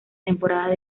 temporadas